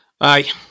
Aye